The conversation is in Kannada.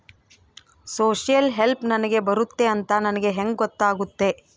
ಸೋಶಿಯಲ್ ಹೆಲ್ಪ್ ನನಗೆ ಬರುತ್ತೆ ಅಂತ ನನಗೆ ಹೆಂಗ ಗೊತ್ತಾಗುತ್ತೆ?